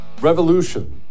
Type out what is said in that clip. Revolution